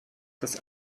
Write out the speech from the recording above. das